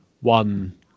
one